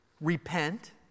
Repent